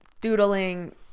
doodling